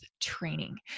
training